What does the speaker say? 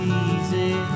easy